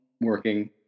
working